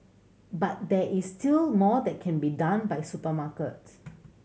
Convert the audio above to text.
but there is still more that can be done by supermarkets